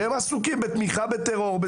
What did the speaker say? שהם עסוקים בתמיכה בטרור.